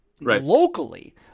locally